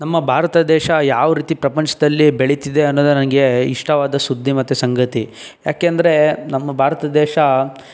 ನಮ್ಮ ಭಾರತ ದೇಶ ಯಾವ ರೀತಿ ಪ್ರಪಂಚದಲ್ಲಿ ಬೆಳಿತಿದೆ ಅನ್ನೋದು ನನಗೆ ಇಷ್ಟವಾದ ಸುದ್ದಿ ಮತ್ತು ಸಂಗತಿ ಯಾಕೆಂದರೆ ನಮ್ಮ ಭಾರತ ದೇಶ